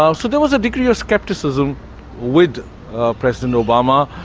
um so there was a degree of scepticism with president obama.